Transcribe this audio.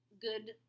good